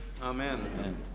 Amen